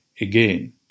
again